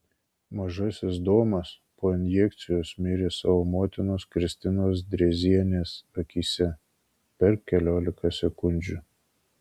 mažasis domas po injekcijos mirė savo motinos kristinos drėzienės akyse per keliolika sekundžių